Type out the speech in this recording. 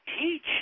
teach